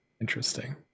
Interesting